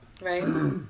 Right